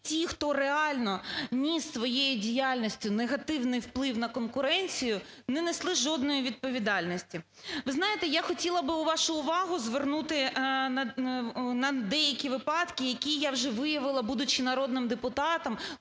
ті, хто реально ніс своєю діяльністю негативний вплив на конкуренцію, не несли жодної відповідальності. Ви знаєте, я хотіла би вашу увагу звернути на деякі випадки, які я вже виявила, будучи народним депутатом,